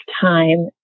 time